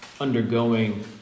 undergoing